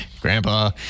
Grandpa